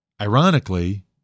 ironically